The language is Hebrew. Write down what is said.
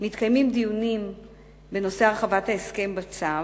מתקיימים דיונים בנושא הרחבת ההסכם בצו,